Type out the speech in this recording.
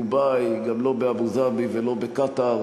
בדובאי, גם לא באבו-דאבי וגם לא בקטאר